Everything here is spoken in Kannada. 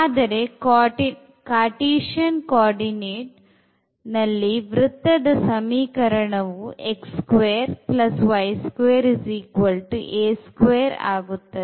ಆದರೆ cartesian coordinate ವೃತ್ತದ ಸಮೀಕರಣವು ಆಗುತ್ತದೆ